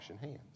hands